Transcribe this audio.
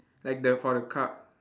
like the for the car